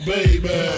Baby